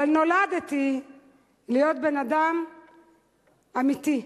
אבל נולדתי להיות בן-אדם אמיתי.